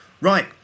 Right